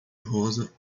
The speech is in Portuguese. rosa